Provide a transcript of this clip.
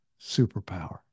superpower